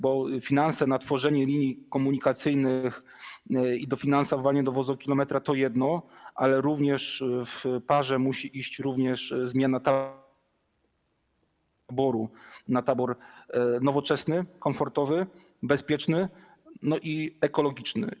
Bo finanse na tworzenie linii komunikacyjnych i dofinansowanie dowozu w kilometrach to jedno, ale w parze musi iść zmiana taboru na tabor nowoczesny, komfortowy, bezpieczny i ekologiczny.